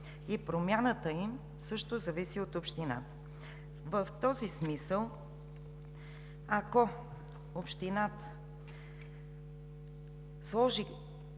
и промяната им също зависи от общината. В този смисъл, ако общината сложи